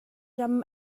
ram